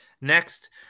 Next